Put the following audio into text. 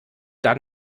dann